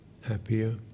happier